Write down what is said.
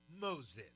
Moses